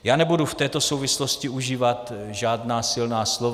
Já nebudu v této souvislosti užívat žádná silná slova.